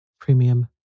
Premium